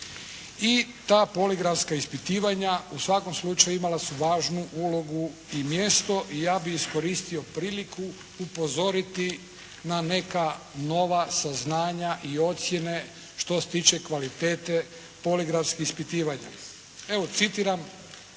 I ta poligrafska ispitivanja u svakom slučaju imala su važnu ulogu i mjesto i ja bih iskoristio priliku upozoriti na neka nova saznanja i ocjene što se tiče kvalitete poligrafskih ispitivanja. Evo citiram